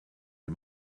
les